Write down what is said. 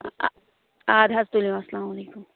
اَ اَدٕ حظ تُلِو اَسلام علیکُم